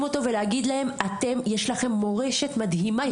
אותו ולהגיד להם אתם יש לכם מורשת מדהימה,